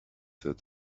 that